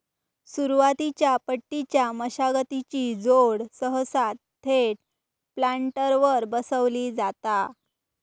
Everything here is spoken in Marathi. सुरुवातीच्या पट्टीच्या मशागतीची जोड सहसा थेट प्लांटरवर बसवली जाता